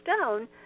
stone